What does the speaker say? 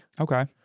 Okay